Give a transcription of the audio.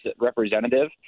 representative